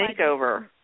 makeover